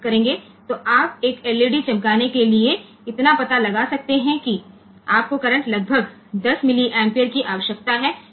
तो आप एक एलईडी चमकाने के लिए इतना पता लगा सकते हैं कि आपको करंट लगभग 10 मिलिएम्पेरे की आवश्यकता है